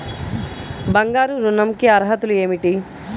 బంగారు ఋణం కి అర్హతలు ఏమిటీ?